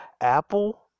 Apple